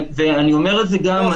ואני אומר את זה גם,